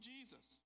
Jesus